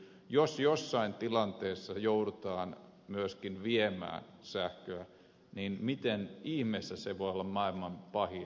jos jossain tilanteessa joudutaan myöskin viemään sähköä niin miten ihmeessä se voi olla maailman pahin juttu